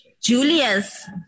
Julius